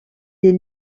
des